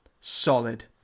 solid